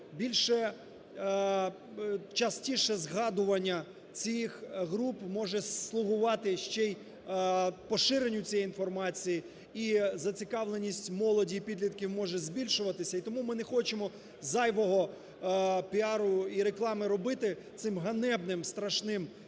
більше, частіше згадування цих груп може слугувати ще і поширенню цієї інформації, і зацікавленість молоді, і підлітків може збільшуватися, і тому ми не хочемо зайвого піару і реклами робити цим ганебним, страшним